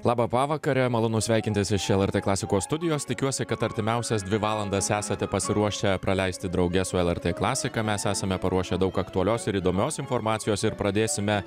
labą pavakarę malonu sveikintis iš lrt klasikos studijos tikiuosi kad artimiausias dvi valandas esate pasiruošę praleisti drauge su lrt klasika mes esame paruošę daug aktualios ir įdomios informacijos ir pradėsime